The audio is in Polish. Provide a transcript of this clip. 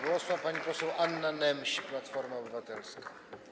Głos ma pani poseł Anna Nemś, Platforma Obywatelska.